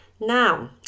Now